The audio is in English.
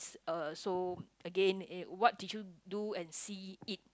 uh so again eh what did you do and see it